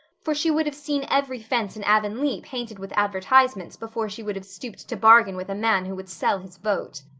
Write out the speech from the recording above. for she would have seen every fence in avonlea painted with advertisements before she would have stooped to bargain with a man who would sell his vote.